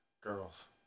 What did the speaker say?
girls